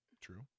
True